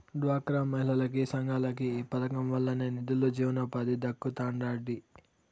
డ్వాక్రా మహిళలకి, సంఘాలకి ఈ పదకం వల్లనే నిదులు, జీవనోపాధి దక్కతండాడి